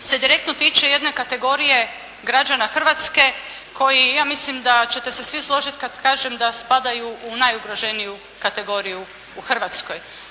se direktno tiče jedne kategorije građana Hrvatske koji, ja mislim da ćete se svi složiti kad kažem da spadaju u najugroženiju kategoriju u Hrvatskoj.